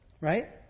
right